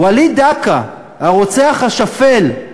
וליד דקה, הרוצח השפל,